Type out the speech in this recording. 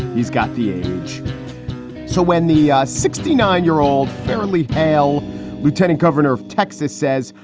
he's got the age so when the sixty nine year old apparently pale lieutenant governor of texas says,